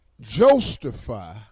justify